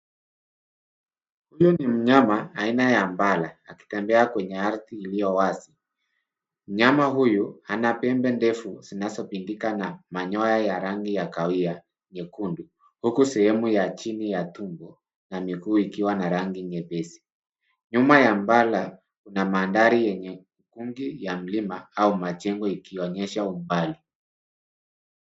Huyu ni mnyama aina ya impala akitembea kwa ardhi iliyo wazi. Mnyama huyu ana pembe ndefu zinazopindika na manyoya ya rangi ya kahawia nyekundu huku sehemu ya chini ya tumbo na miguu ikiwa na rangi nyepesi. Nyuma ya impala kuna mandhari yenye kundi la mlima au majengo ikionyesha umbali.